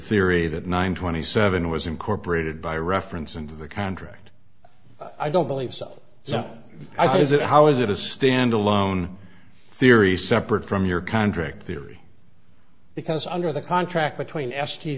theory that nine twenty seven was incorporated by reference into the contract i don't believe so so i does it how is it a stand alone theory separate from your contract theory because under the contract between s t